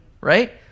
right